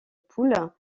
poule